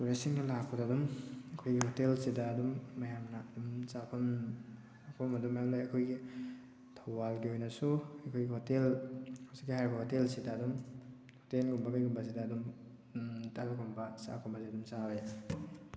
ꯇꯨꯔꯤꯁꯁꯤꯡꯅ ꯂꯥꯛꯄꯗ ꯑꯗꯨꯝ ꯑꯩꯈꯣꯏꯒꯤ ꯍꯣꯇꯦꯜꯁꯤꯗ ꯑꯗꯨꯝ ꯃꯌꯥꯝꯅ ꯑꯗꯨꯝ ꯆꯥꯐꯝ ꯈꯣꯠꯄꯝ ꯑꯗꯨꯝ ꯃꯌꯥꯝ ꯂꯩ ꯑꯩꯈꯣꯏꯒꯤ ꯊꯧꯕꯥꯜꯒꯤ ꯑꯣꯏꯅꯁꯨ ꯑꯩꯈꯣꯏ ꯍꯣꯇꯦꯜ ꯍꯧꯖꯤꯛꯀꯤ ꯍꯥꯏꯔꯤꯕ ꯍꯣꯇꯦꯜꯁꯤꯗ ꯑꯗꯨꯝ ꯍꯣꯇꯦꯜꯒꯨꯝꯕ ꯀꯩꯒꯨꯝꯕꯁꯤꯗ ꯑꯗꯨꯝ ꯇꯜꯒꯨꯝꯕ ꯆꯥꯛꯀꯨꯝꯕꯁꯦ ꯑꯗꯨꯝ ꯆꯥꯕ ꯌꯥꯏ